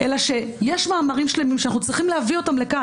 אלא שיש מאמרים שלמים שאנחנו צריכים להביא לכאן,